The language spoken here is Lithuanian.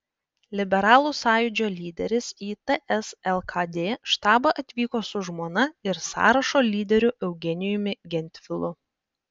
liberalų sąjūdžio lyderis į ts lkd štabą atvyko su žmona ir sąrašo lyderiu eugenijumi gentvilu